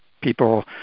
People